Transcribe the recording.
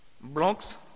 Blocks